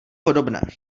podobné